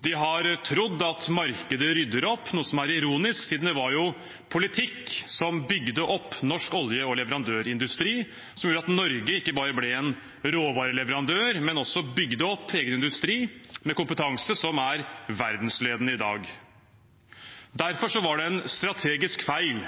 De har trodd at markedet rydder opp – noe som er ironisk, siden det var politikk som bygde opp norsk oljeindustri og norsk leverandørindustri, og som gjorde at Norge ikke bare ble en råvareleverandør, men også bygde opp egen industri, med kompetanse som er verdensledende i dag. Derfor var det en strategisk feil